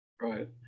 Right